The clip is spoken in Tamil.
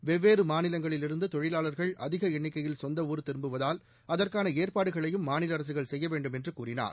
வெவ்வேறு மாநிலங்களில் இருந்து தொழிலாளாகள் அதிக எண்ணிக்கையில் சொந்த ஊா் திரும்புவதால் அதற்கான ஏற்பாடுகளையும் மாநில அரசுகள் செய்ய வேண்டும் என்று கூறினார்